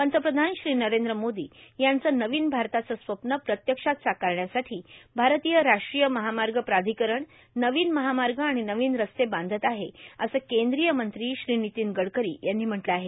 पंतप्रधान श्री नरेंद्र मोदी यांचं नवीन भारताचं स्वप्न प्रत्यक्षात साकारण्यासाठी भारतीय राष्ट्रीय महामार्ग प्राधिकरण नवीन महामार्ग आणि नवीन रस्ते बांधत आहे असं केंद्रीय मंत्री श्री नितीन गडकरी यांनी म्हटलं आहे